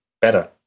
better